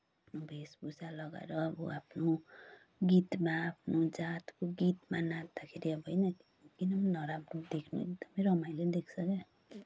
वेशभूषा लगाएर अब आफ्नो गीतमा आफ्नो जातको गीतमा नाच्दाखेरि अब होइन एकदमै राम्रो देख्न एकदमै रमाइलो देख्छ क्या